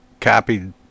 copied